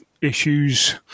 issues